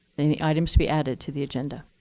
any items to be added to the agenda?